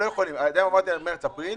אמרתם מרץ ואפריל,